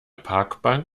parkbank